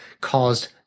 caused